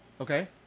Okay